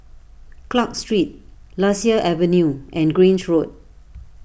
Clarke Street Lasia Avenue and Grange Road